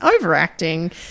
overacting